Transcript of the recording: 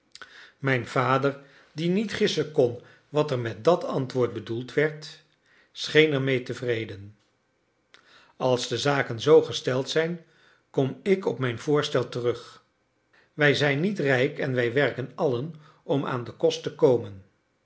mijn vader die niet gissen kon wat er met dat antwoord bedoeld werd scheen ermede tevreden als de zaken zoo gesteld zijn kom ik op mijn voorstel terug wij zijn niet rijk en wij werken allen om aan den kost te komen